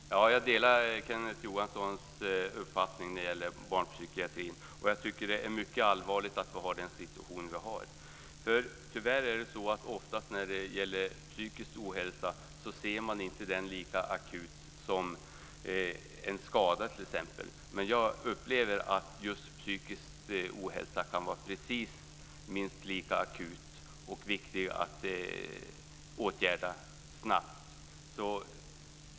Herr talman! Jag delar Kenneth Johanssons uppfattning när det gäller barnpsykiatrin, och jag tycker att det är mycket allvarligt att vi har den situation som vi har. Tyvärr är det så att man oftast inte ser psykisk ohälsa lika akut som t.ex. en skada. Men jag upplever att psykisk ohälsa kan vara precis lika akut och viktig att åtgärda snabbt.